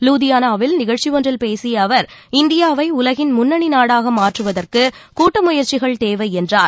லூதியானாவில் நிகழ்ச்சி ஒன்றில் பேசிய அவர் இந்தியாவை உலகின் முன்னணி நாடாக மாற்றுவதற்கு கூட்டு முயற்சிகள் தேவை என்றார்